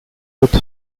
with